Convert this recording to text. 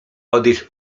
odejść